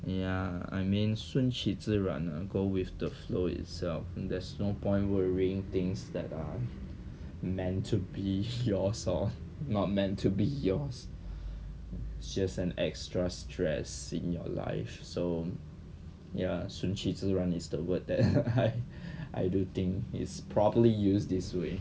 ya I mean 顺其自然 ah go with the flow itself there's no point worrying things that are meant to be yours or not meant to be yours just an extra stress in your life so ya 顺其自然 is the word that I I do think is properly used this way